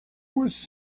was